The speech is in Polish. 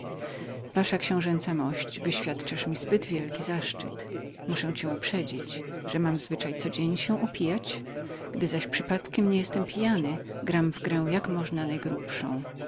wasza książęca mość wyświadczasz mi zbyt wielki zaszczyt ale muszę uprzedzić go że mam zwyczaj upijać się każdego dnia gdy zaś nie jestem pijany gram w grę jak można najgrubszą